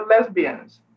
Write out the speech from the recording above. lesbians